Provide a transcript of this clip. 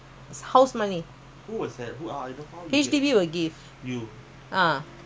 then from there the cash money ah